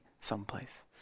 someplace